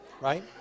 right